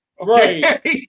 right